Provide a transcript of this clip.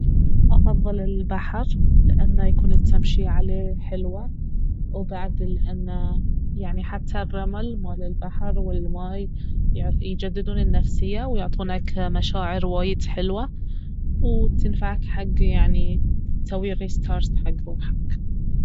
افضل البحر لان يكون التمشية عليه حلوة وبعد لانه يعني حتى الرمل مال البحر والماي يجددون النفسية ويعطونك مشاعر وايد حلوة وتنفعك حق يعني تسوي ريستارت حق روحك